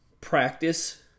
practice